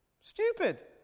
stupid